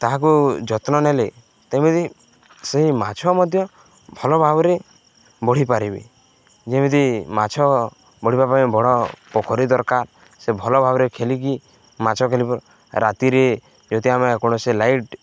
ତାହାକୁ ଯତ୍ନ ନେଲେ ତମିତି ସେଇ ମାଛ ମଧ୍ୟ ଭଲ ଭାବରେ ବଢ଼ିପାରିବେ ଯେମିତି ମାଛ ବଢ଼ିବା ପାଇଁ ବଡ଼ ପୋଖରୀ ଦରକାର ସେ ଭଲ ଭାବରେ ଖେଳିକି ମାଛ ଖେଲ ରାତିରେ ଯଦି ଆମେ କୌଣସି ଲାଇଟ୍